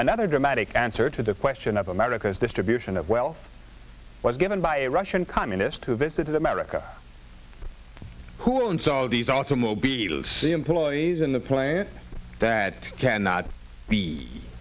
another dramatic answer to the question of america's distribution of wealth was given by a russian communist who visited america who and so these automobiles the employees in the plant that cannot be